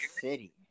City